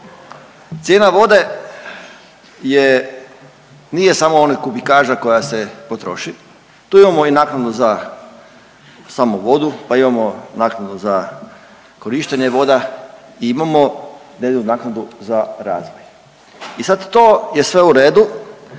Cijena vode je, nije samo ona kubikaža koja se potroši, tu imamo i naknadu za samu vodu pa imamo naknadu za korištenje voda, imamo .../Govornik se ne razumije./... naknadu za razvoj i sad to je sve u redu